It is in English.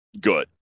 good